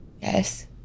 Yes